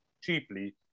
cheaply